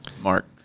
Mark